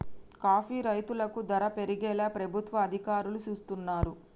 coffee రైతులకు ధర పెరిగేలా ప్రభుత్వ అధికారులు సూస్తున్నారు